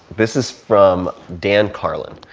this is from dan carlin.